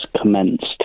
commenced